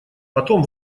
потом